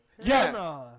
Yes